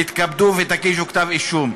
תתכבדו ותגישו כתב-אישום.